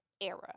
Era